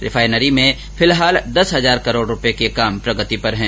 refinery में फिलहाल दस हजार करोड के कार्य प्रगति पर है